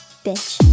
Bitch